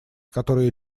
которая